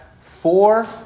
four